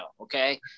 Okay